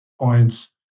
points